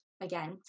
again